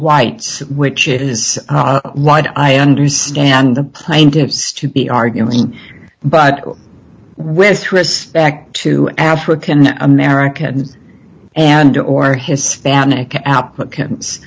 whites which is what i understand the plaintiffs to be arguing but with respect to african american and or hispanic applicants